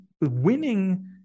winning